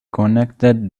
connected